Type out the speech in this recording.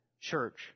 church